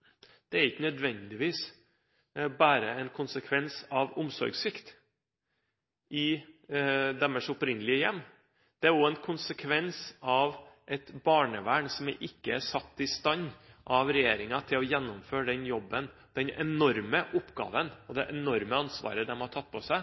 gjennomført utdanning, ikke nødvendigvis bare er en konsekvens av omsorgssvikt i deres opprinnelige hjem. Det er også en konsekvens av et barnevern som ikke er satt i stand av regjeringen til å gjennomføre den jobben, den enorme oppgaven og det enorme ansvaret de har tatt på seg